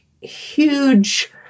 huge